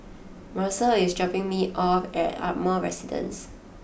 Macel is dropping me off at Ardmore Residence